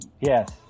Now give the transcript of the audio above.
Yes